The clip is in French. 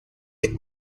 est